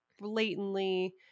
blatantly